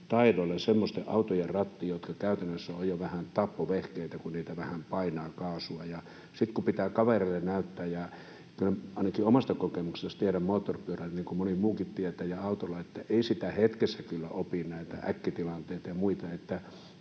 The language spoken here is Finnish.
taidoilla semmoisten autojen rattiin, jotka käytännössä ovat jo vähän tappovehkeitä, kun vähän painaa kaasua ja pitää kavereille näyttää. Ainakin omasta kokemuksestani tiedän moottoripyöristä, niin kuin moni muukin tietää, ja autoista, että ei sitä kyllä hetkessä opi näitä äkkitilanteita ja muita.